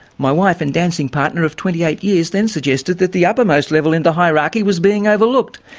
my wife and dancing partner of twenty eight years then suggested that the uppermost level in the hierarchy was being overlooked,